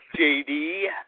JD